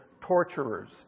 torturers